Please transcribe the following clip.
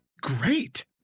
great